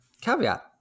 caveat